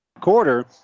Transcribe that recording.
quarter